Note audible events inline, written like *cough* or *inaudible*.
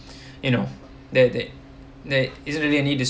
*breath* you know there there there isn't really a need to